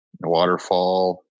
waterfall